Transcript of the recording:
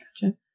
Gotcha